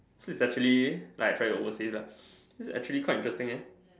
so it's actually like try overseas lah this is actually quite interesting eh